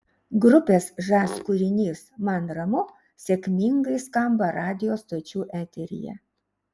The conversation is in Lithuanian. grupės žas kūrinys man ramu sėkmingai skamba radijo stočių eteryje